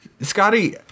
Scotty